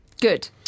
Good